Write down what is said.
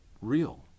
real